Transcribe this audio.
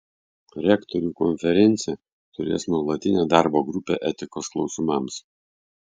rektorių konferencija turės nuolatinę darbo grupę etikos klausimams